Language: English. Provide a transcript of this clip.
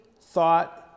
thought